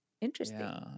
Interesting